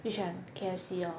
which one K_F_C or